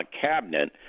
cabinet